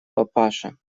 папаша